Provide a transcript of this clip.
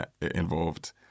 involved